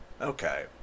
Okay